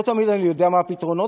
לא תמיד אני יודע מה הפתרונות,